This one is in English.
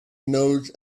knows